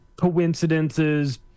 coincidences